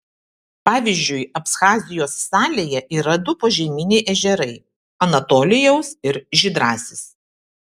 pavyzdžiui abchazijos salėje yra du požeminiai ežerai anatolijaus ir žydrasis